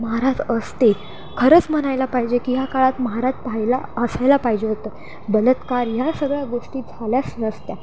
महाराज असते खरंच म्हणायला पाहिजे की ह्या काळात महाराज पाहायला असायला पाहिजे होतं बलात्कार या सगळ्या गोष्टी झाल्यास नसत्या